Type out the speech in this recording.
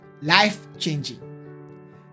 life-changing